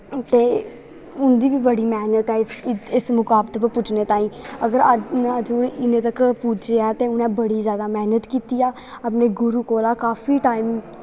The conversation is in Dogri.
ते उं'दी बी बड़ी मैह्नत ऐ इस मुकाम तक पुज्जने ताहीं अगर ओह् अज्ज तक इन्ने तक्कर पुज्जे ऐं ते उ'नें बड़ी जैदा मैह्नत कीती ऐ अपने गुरु कोला दा काफी टैम